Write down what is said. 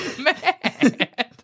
mad